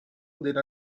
della